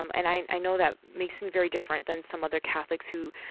um and i know that makes me very different than some other catholics, who,